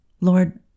Lord